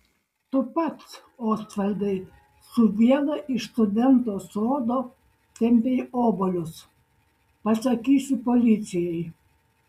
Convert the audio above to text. tu pats osvaldai su viela iš studento sodo tempei obuolius pasakysiu policijai